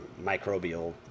microbial